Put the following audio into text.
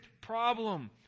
problem